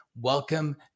Welcome